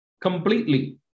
Completely